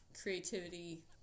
creativity